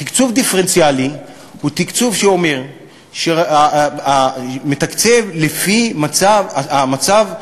תקצוב דיפרנציאלי הוא תקצוב שמתקצב לפי המצב,